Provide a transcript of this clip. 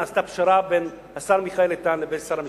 נעשתה פשרה בין השר מיכאל איתן לבין שר המשפטים,